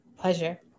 pleasure